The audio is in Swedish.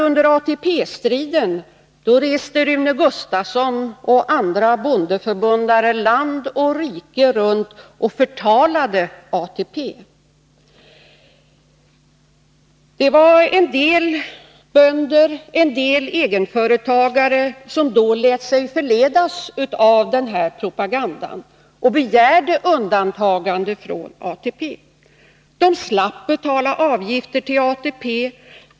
Under ATP-striden reste nämligen Rune Gustavsson och andra bondeförbundare land och rike omkring och förtalade ATP. En del bönder och egenföretagare lät sig förledas av propagandan. De begärde således undantagande från ATP. De slapp att betala avgifter till ATP.